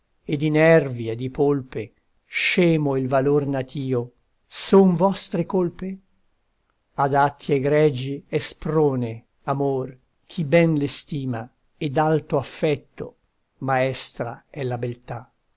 di nervi e di polpe scemo il valor natio son vostre colpe ad atti egregi è sprone amor chi ben l'estima e d'alto affetto maestra è la beltà